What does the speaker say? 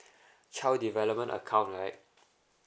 child development account right